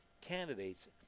candidates